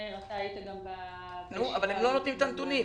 היית גם בישיבה --- אבל הם לא נותנים את הנתונים.